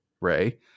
Ray